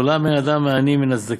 לעולם אין אדם מעני מן הצדקה,